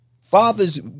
fathers